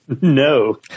No